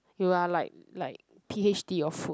you are like like p_h_d of food